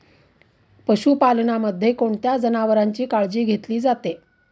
पशुपालनामध्ये कोणत्या जनावरांची काळजी घेतली जाते?